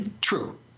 true